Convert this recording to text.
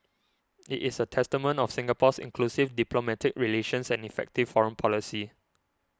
it is a testament of Singapore's inclusive diplomatic relations and effective foreign policy